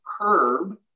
curb